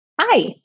Hi